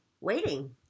Waiting